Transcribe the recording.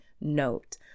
note